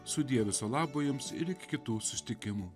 sudie viso labo jums ir kitų susitikimų